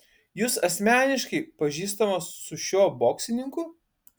jūs asmeniškai pažįstamas su šiuo boksininku